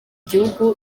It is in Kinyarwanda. gihugu